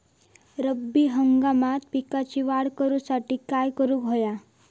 रब्बी हंगामात पिकांची वाढ करूसाठी काय करून हव्या?